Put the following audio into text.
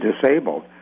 disabled